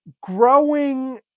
growing